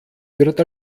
wird